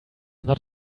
not